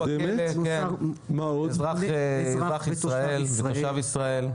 --- אזרח ישראל, תושב ישראל.